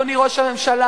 אדוני ראש הממשלה,